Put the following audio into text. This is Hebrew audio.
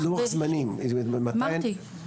אבל לוח זמנים, מתי --- אמרתי.